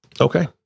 Okay